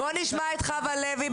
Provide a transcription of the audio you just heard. בואו נשמע את חוה לוי.